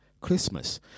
Christmas